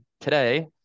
today